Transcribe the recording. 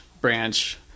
branch